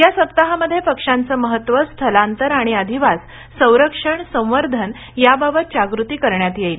या सप्ताहामध्ये पक्षांचं महत्व स्थलांतर आणि अधिवास संरक्षण संर्वधन याबाबत जागृती करण्यात येईल